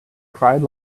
cried